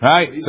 Right